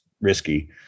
risky